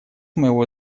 моего